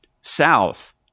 south